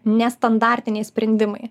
nestandartiniai sprendimai